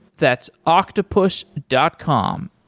that's octopus dot com,